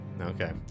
Okay